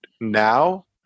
now